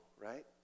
right